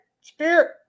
spirit